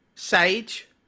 sage